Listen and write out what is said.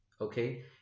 Okay